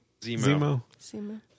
zemo